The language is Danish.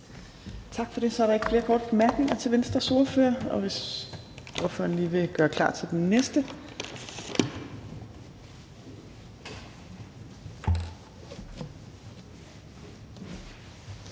Tak for det. Så er der ikke flere korte bemærkninger til Venstres ordfører. Og vil ordføreren lige gøre klar til den næste?